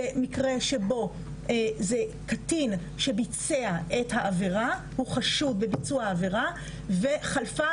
זה מקרה שבו קטין ביצע את העבירה הוא חשוד בביצוע העבירה וחלפה